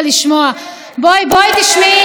בואי תשמעי, בואי תשמעי.